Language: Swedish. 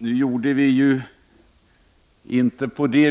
Nu gjorde vi inte det.